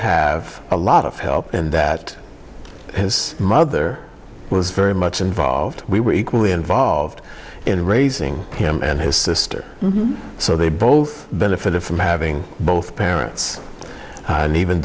have a lot of help and that his mother was very much involved we were equally involved in raising him and his sister so they both benefited from having both parents